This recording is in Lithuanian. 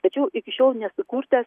tačiau iki šiol nesukurtas